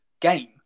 game